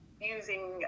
using